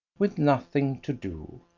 with nothing to do.